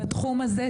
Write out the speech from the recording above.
בתחום הזה,